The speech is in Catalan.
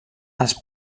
els